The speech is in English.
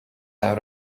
out